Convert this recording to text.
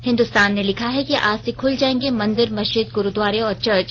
हिन्दुस्तान ने लिखा है आज से खुल जाएंगे मंदिर मस्जिद गुरूद्वारे और चर्च